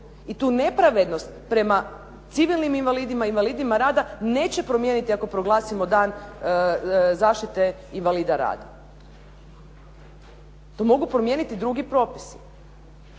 I tu nepravednost prema civilnim invalidima i invalidima rada neće promijeniti ako proglasimo Dan zaštite invalida rada. To mogu promijeniti drugi propisi.